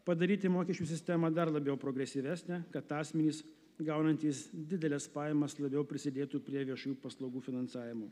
padaryti mokesčių sistemą dar labiau progresyvesnę kad asmenys gaunantys dideles pajamas labiau prisidėtų prie viešųjų paslaugų finansavimo